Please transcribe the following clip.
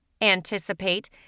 anticipate